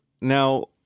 Now